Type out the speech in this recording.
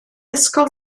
ysgol